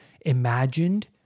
imagined